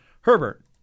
Herbert